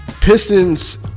Pistons